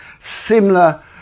similar